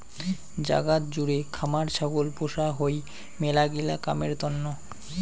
জাগাত জুড়ে খামার ছাগল পোষা হই মেলাগিলা কামের তন্ন